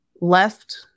left